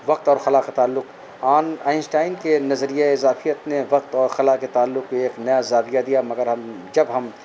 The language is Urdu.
وقت اور خلا کے تعلق آن آئنسٹائن کے نظریۂ اضافیت نے وقت اور خلا کے تعلق کو ایک نیا زاویہ دیا مگر ہم جب ہم